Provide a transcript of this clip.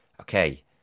okay